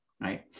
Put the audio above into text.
right